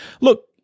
look